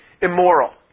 immoral